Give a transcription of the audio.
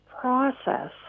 process